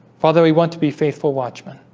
father we want to be faithful watchmen